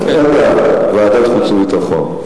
בסדר, ועדת חוץ וביטחון.